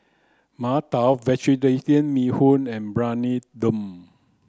Mantou Vegetarian Bee Hoon and Briyani Dum